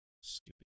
stupid